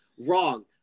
Wrong